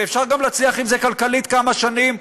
ואפשר גם להצליח עם זה כלכלית כמה שנים,